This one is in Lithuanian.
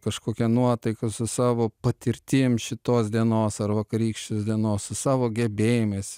kažkokia nuotaika su savo patirtim šitos dienos ar vakarykštės dienos su savo gebėjimais